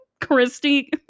Christy